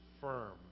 firm